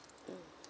mm